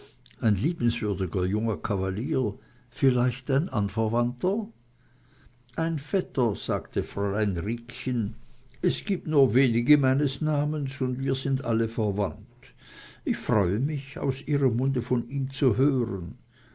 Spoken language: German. ein liebenswürdiger junger kavalier vielleicht ein anverwandter ein vetter sagte fräulein riekchen es gibt nur wenige meines namens und wir sind alle verwandt ich freue mich aus ihrem munde von ihm zu hören